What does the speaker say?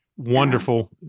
Wonderful